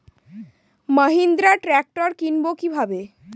Mahindra tractor কিনবো কি ভাবে?